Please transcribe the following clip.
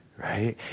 right